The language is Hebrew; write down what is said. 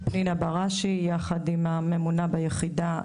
פנינה בראשי, יחד עם הממונה ביחידה.